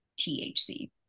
thc